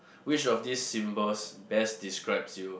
which of these symbols best describes you